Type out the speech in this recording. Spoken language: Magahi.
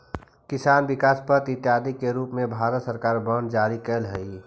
किसान विकास पत्र इत्यादि के रूप में भारत सरकार बांड जारी कैले हइ